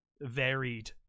varied